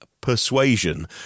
persuasion